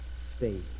space